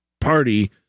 party